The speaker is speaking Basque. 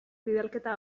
bidalketa